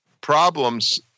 problems